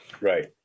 Right